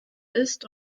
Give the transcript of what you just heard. ist